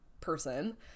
person